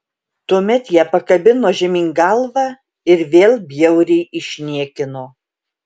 tuomet ją pakabino žemyn galva ir vėl bjauriai išniekino